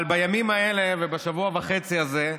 אבל בימים האלה ובשבוע וחצי הזה,